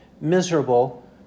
miserable